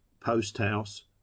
post-house